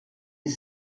est